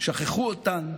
שכחו אותן.